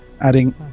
adding